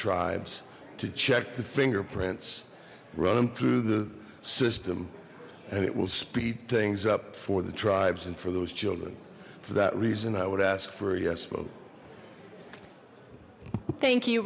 tribes to check the fingerprints run them through the system and it will speed things up for the tribes and for those children for that reason i would ask for a yes vote thank you